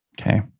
Okay